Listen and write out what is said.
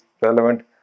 relevant